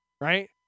right